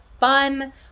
fun